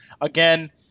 Again